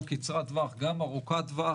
גם קצרת טווח וגם ארוכת טווח,